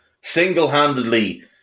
Single-handedly